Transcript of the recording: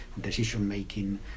decision-making